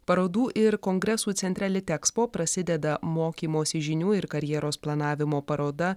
parodų ir kongresų centre litexpo prasideda mokymosi žinių ir karjeros planavimo paroda